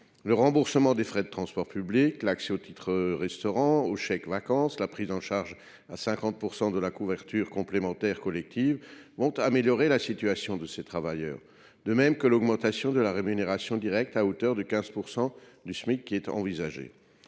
le remboursement des frais liés aux transports publics, l’accès aux titres restaurants et aux chèques vacances, la prise en charge à 50 % de la couverture complémentaire collective vont améliorer la situation de ces travailleurs, de même que l’augmentation de la rémunération directe, à hauteur de 15 % du Smic, qui est envisagée.